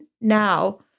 now